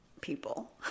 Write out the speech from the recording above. people